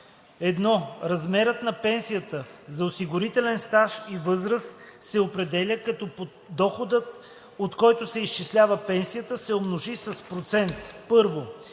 „(1) Размерът на пенсията за осигурителен стаж и възраст се определя, като доходът, от който се изчислява пенсията, се умножи с процент: 1.